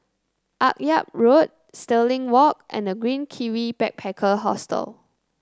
Akyab Road Stirling Walk and The Green Kiwi Backpacker Hostel